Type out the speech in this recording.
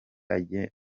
ange